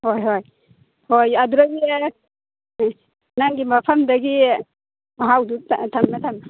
ꯍꯣꯏ ꯍꯣꯏ ꯍꯣꯏ ꯑꯗꯨꯗꯒꯤ ꯅꯪꯒꯤ ꯃꯐꯝꯗꯒꯤ ꯃꯍꯥꯎꯗꯨ ꯊꯝꯃꯦ ꯊꯝꯃꯦ